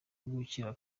gukira